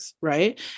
right